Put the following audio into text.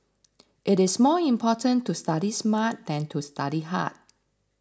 it is more important to study smart than to study hard